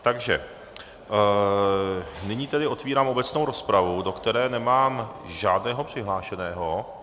Takže nyní tedy otevírám obecnou rozpravu, do které nemám žádného přihlášeného.